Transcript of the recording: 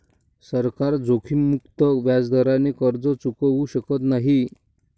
सरकार जोखीममुक्त व्याजदराने कर्ज चुकवू शकत नाही